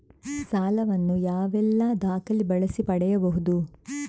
ಸಾಲ ವನ್ನು ಯಾವೆಲ್ಲ ದಾಖಲೆ ಬಳಸಿ ಪಡೆಯಬಹುದು?